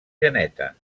geneta